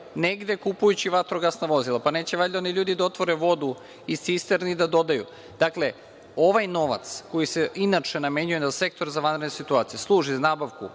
negde, kupujući vatrogasna vozila. Neće valjda oni ljudi da otvore vodu iz cisterni da dodaju. Dakle, ovaj novac koji se inače namenjuje za Sektor za vanredne situacije, služi za nabavku